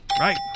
Right